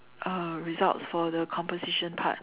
uh results for the composition part